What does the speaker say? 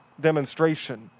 demonstration